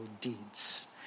deeds